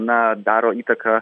na daro įtaką